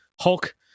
Hulk